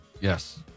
Yes